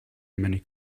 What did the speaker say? many